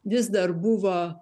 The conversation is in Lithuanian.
vis dar buvo